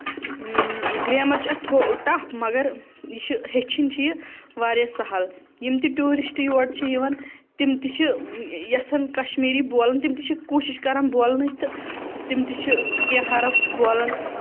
grammar چھُ اَتھ tough مَگر یہِ چھُ ہٮ۪چھِنۍ چھِ یہِ واریاہ سہَل یِم تہِ ٹوٗرِسٹ یور چھِ یِوان تِم تہِ چھِ یَژھان کَشمیٖری بولُن تِم تہِ چھِ کوٗشِش کران بولنٕچ تہٕ تِم تہِ چھِ کیٚنٛہہ حرف بولن